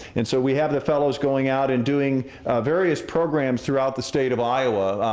and so, we have the fellows going out and doing various programs throughout the state of iowa.